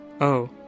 Oh